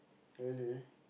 really